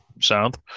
Sound